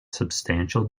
substantial